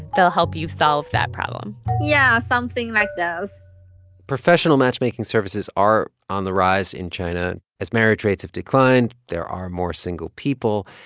they'll help you solve that problem yeah, something like that professional matchmaking services are on the rise in china. as marriage rates have declined, there are more single people.